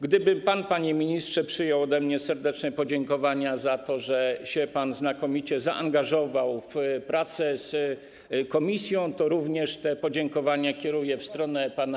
Gdyby pan, panie ministrze, chciał przyjąć ode mnie serdeczne podziękowania za to, że się pan znakomicie zaangażował w pracę z komisją, to również te podziękowania skieruję w stronę pana.